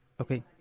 Okay